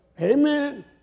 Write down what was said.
Amen